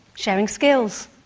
sharing skills,